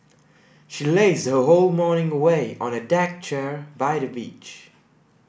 she lazed her whole morning away on a deck chair by the beach